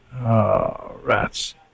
Rats